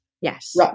Yes